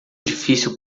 difícil